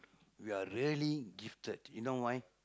we are really gifted you know why